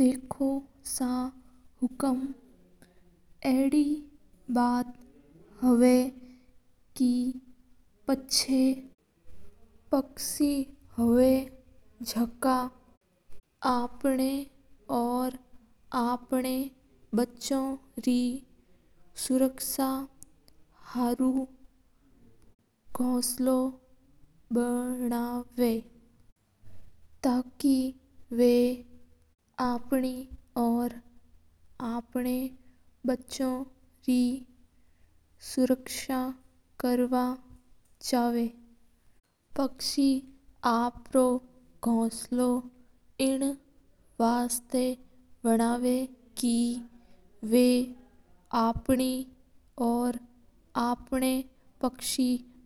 देखो सा हुकुम अड़ी बात हा के पक्षी हवा जका आप री और आप रा बच्चा रे रक्षा हरू गोसला बनवा। और बा बिन महीना आप रे और आप रा बच्चा रे रक्षा करवा चावा हा। पक्षीक गोसला एण वास्ता बनवा के बा आप रा और आप रा